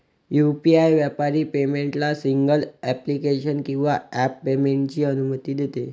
UPI व्यापारी पेमेंटला single application किंवा ॲप पेमेंटची अनुमती देते